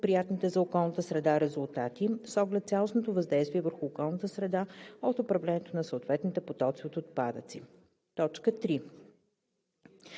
благоприятните за околната среда резултати, с оглед цялостното въздействие върху околната среда от управлението на съответните потоци от отпадъци; 3.